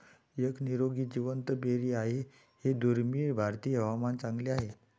एक निरोगी जिवंत बेरी आहे हे दुर्मिळ भारतीय हवामान चांगले आहे